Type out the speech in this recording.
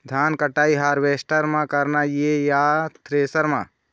धान कटाई हारवेस्टर म करना ये या थ्रेसर म?